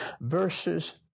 verses